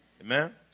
Amen